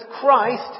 Christ